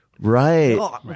Right